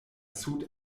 sud